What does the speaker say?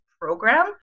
program